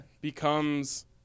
Becomes